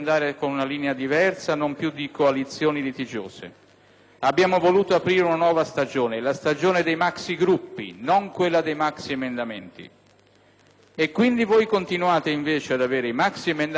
Abbiamo voluto aprire una nuova stagione, la stagione dei maxigruppi, non quella dei maxiemendamenti, mentre voi continuate invece a proporre i maxiemendamenti in presenza di maxigruppi: non è la stessa cosa.